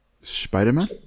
Spider-Man